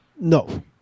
No